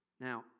Now